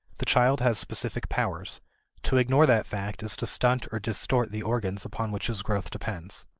the child has specific powers to ignore that fact is to stunt or distort the organs upon which his growth depends.